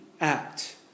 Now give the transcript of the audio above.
act